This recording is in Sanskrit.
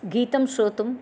गीतं श्रोतुं